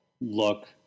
look